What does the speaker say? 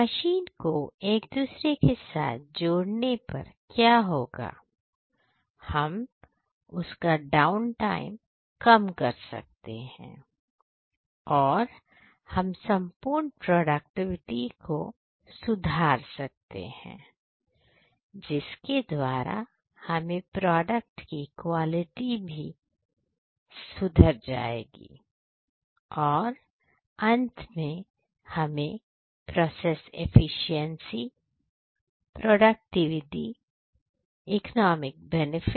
machine को एक दूसरे के साथ जोड़ने पर क्या होगा हम डाउनटाइम को कम कर सकते हैं और हम संपूर्ण प्रोडक्टिविटी को राजेश इसको सुधार सकते हैं जिसके द्वारा हमारे प्रोडक्ट की क्वालिटी भी बहुत सुधर जाएगी और अंत में हमें प्रोसेस एफिशिएंसी भी मिल सकेंगे